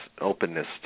openness